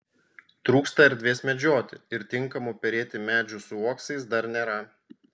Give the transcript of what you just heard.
trūksta erdvės medžioti ir tinkamų perėti medžių su uoksais dar nėra